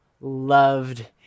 loved